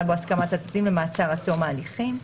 בו הסכמת הצדדים למעצר עד תום ההליכים.